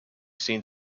seen